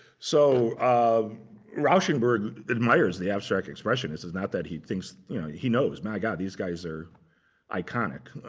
so um rauschenberg admires the abstract expressionists. it's not that he thinks he knows. my god, these guys are iconic.